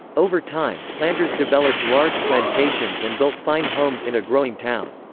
over time, planters developed large plantations and built fine homes in a growing town.